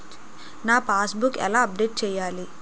నా passbook ఎలా update చేయాలి?